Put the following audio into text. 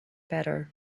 better